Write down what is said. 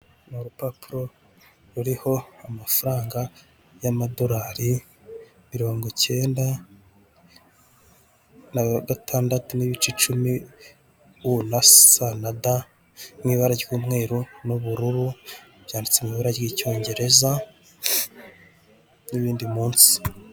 Ni urupapuro ruriho amafaranga y'amadorari mirongo ikenda na gatandatu n'ibice cumi u na sa da mu ibara ry'umweru n'ubururu byanditse mu ibara ry'icyongereza n'ibindi munsi.